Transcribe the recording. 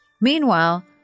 Meanwhile